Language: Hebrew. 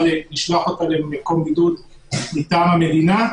לשלוח אותה למקום בידוד מטעם המדינה,